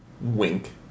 Wink